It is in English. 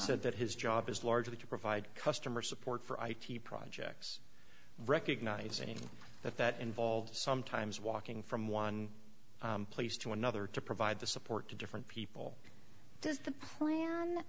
said that his job is largely to provide customer support for i t projects recognising that that involves sometimes walking from one place to another to provide the support to different people does the plan